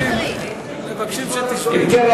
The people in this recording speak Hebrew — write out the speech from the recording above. אם כן,